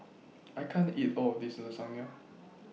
I can't eat All of This Lasagne